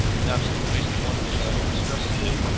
and that's basically one thing that i want to stress today.